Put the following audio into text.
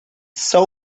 saw